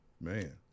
Man